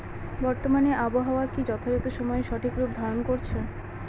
বর্তমানে আবহাওয়া কি যথাযথ সময়ে সঠিক রূপ ধারণ করছে?